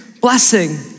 blessing